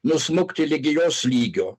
nusmukti ligi jos lygio